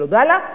קיבל עוד הלאה,